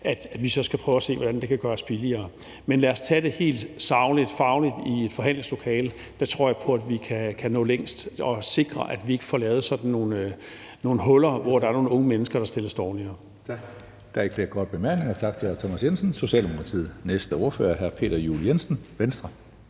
at rejse på en strækning, kan få det billigere. Men lad os tage det helt sagligt og fagligt i forhandlingslokalet. Så tror jeg på, at vi kan nå længst og sikre, at vi ikke får lavet sådan nogle huller, hvor der er nogle unge mennesker, der stilles dårligere. Kl. 17:14 Tredje næstformand (Karsten Hønge): Der er ikke nogen korte bemærkninger. Tak til hr. Thomas Jensen, Socialdemokratiet. Næste ordfører er hr. Peter Juel-Jensen, Venstre.